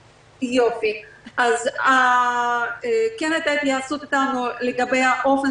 כן הייתה התייעצות איתנו לגבי האופן